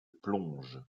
plonge